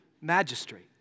magistrate